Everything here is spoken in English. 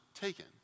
taken